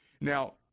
Now